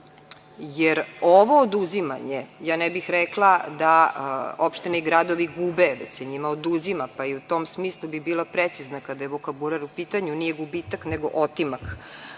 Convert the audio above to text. Jer, ovo oduzimanje, ne bih rekla da opštine i gradovi gube, već se njima oduzima, pa i u tom smislu bi bila precizna kada je vokabular u pitanju, nije gubitak nego „otimak“,